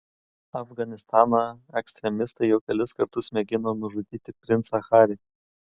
afganistano ekstremistai jau kelis kartus mėgino nužudyti princą harį